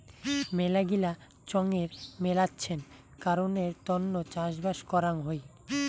মেলাগিলা চঙের মেলাছেন কারণের তন্ন চাষবাস করাং হই